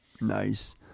Nice